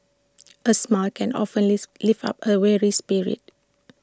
A smile can often lease lift up A weary spirit